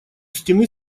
стены